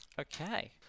Okay